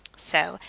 so,